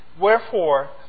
Wherefore